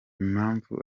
impamvu